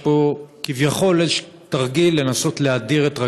יש פה כביכול איזשהו תרגיל לנסות להדיר את רגליה.